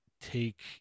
take